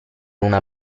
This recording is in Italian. una